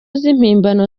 z’impimbano